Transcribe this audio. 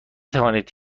توانید